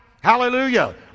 hallelujah